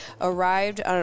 arrived